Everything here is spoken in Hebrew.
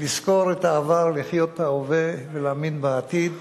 לזכור את העבר, לחיות את ההווה ולהאמין בעתיד.